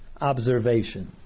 observation